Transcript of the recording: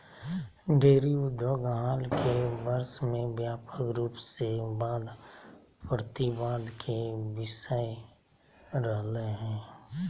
dairy उद्योग हाल के वर्ष में व्यापक रूप से वाद प्रतिवाद के विषय रहलय हें